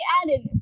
added